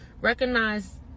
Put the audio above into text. recognize